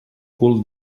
cul